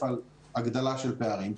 על הגדלה של פערים,